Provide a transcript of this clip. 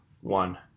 one